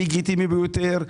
חלק לגיטימי ביותר,